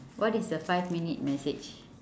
what is the five minute message